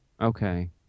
Okay